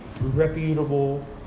reputable